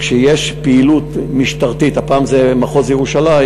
כשיש פעילות משטרתית, הפעם זה מחוז ירושלים,